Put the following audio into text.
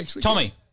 Tommy